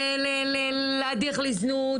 בניסיון להדיח לזנות,